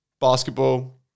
basketball